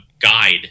guide